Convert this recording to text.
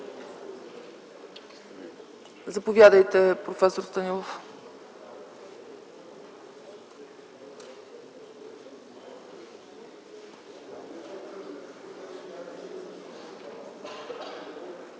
Заповядайте, проф. Станилов.